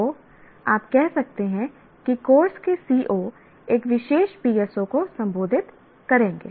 तो आप कह सकते हैं कि कोर्स के CO एक विशेष PSO को संबोधित करेंगे